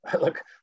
look